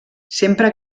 sempre